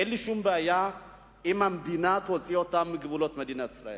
אין לי שום בעיה אם המדינה תוציא אותם מגבולות מדינת ישראל.